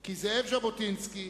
כי זאב ז'בוטינסקי